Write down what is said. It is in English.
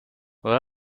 where